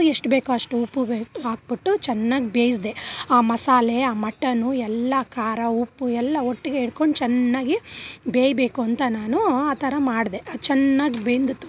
ಎಷ್ಟು ಬೇಕೋ ಅಷ್ಟು ಉಪ್ಪು ಬೇ ಹಾಕ್ಬಿಟ್ಟು ಚೆನ್ನಾಗ್ ಬೇಯಿಸ್ದೆ ಆ ಮಸಾಲೆ ಆ ಮಟನ್ನು ಎಲ್ಲ ಖಾರ ಉಪ್ಪು ಎಲ್ಲ ಒಟ್ಟಿಗೆ ಇಡ್ಕೊಂಡು ಚೆನ್ನಾಗಿ ಬೇಯಬೇಕು ಅಂತ ನಾನು ಆ ಥರ ಮಾಡಿದೆ ಅದು ಚೆನ್ನಾಗ್ ಬೆಂದಿತು